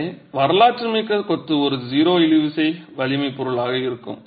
எனவே வரலாற்று கொத்து ஒரு 0 இழுவிசை வலிமை பொருளாக இருக்கும்